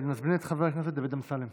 נזמין את חבר הכנסת דוד אמסלם.